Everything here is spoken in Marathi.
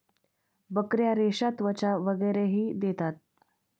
बकऱ्या रेशा, त्वचा वगैरेही देतात